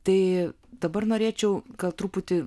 tai dabar norėčiau kad truputį